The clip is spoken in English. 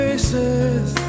Faces